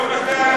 היום אתה,